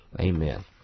Amen